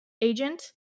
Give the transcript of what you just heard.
agent